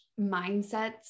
mindsets